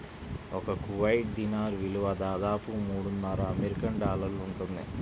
ఒక Kuwait dinar విలువ దాదాపు మూడున్నర అమెరికన్ డాలర్లు ఉంటుంది